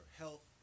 health